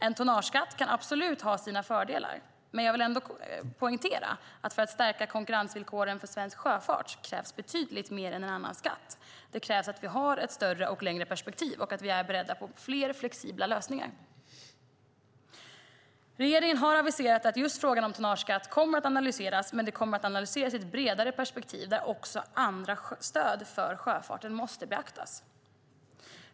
En tonnageskatt kan absolut ha sina fördelar. Jag vill ändå poängtera att för att stärka konkurrensvillkoren för svensk sjöfart krävs det betydligt mer än en annan skatt. Det krävs att vi har ett större och längre perspektiv och att vi är beredda på fler flexibla lösningar. Regeringen har aviserat att just frågan om tonnageskatt kommer att analyseras men i ett vidare perspektiv där också andra stöd för sjöfarten måste beaktas.